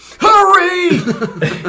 Hurry